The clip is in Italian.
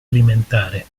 alimentare